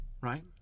right